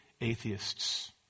atheists